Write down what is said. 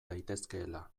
daitezkeela